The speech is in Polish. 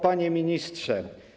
Panie Ministrze!